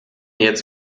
jetzt